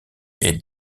est